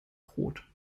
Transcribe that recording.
rot